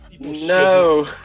No